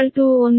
120